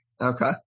okay